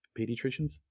pediatricians